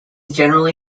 generally